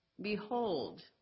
Behold